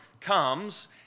comes